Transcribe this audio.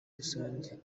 rusange